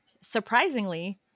surprisingly